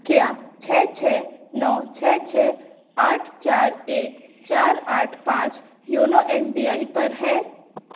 क्या छः छः नौ छः छः आठ चार एक चार आठ पाँच योनो एस बी आई पर है